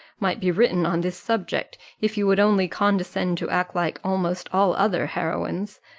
might be written on this subject, if you would only condescend to act like almost all other heroines,